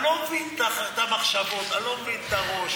אני לא מבין את המחשבות, אני לא מבין את הראש.